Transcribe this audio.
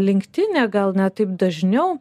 linktine gal net taip dažniau